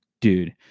dude